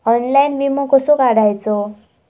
Online विमो कसो काढायचो?